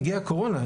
הגיעה הקורונה,